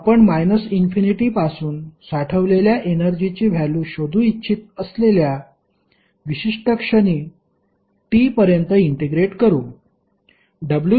आपण minus infinity पासून साठवलेल्या एनर्जीची व्हॅल्यु शोधू इच्छित असलेल्या विशिष्ट क्षणी t पर्यंत इंटिग्रेट करू